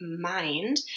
mind